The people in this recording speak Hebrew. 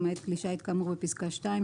למעט כלי שיט כאמור בפסקה (2),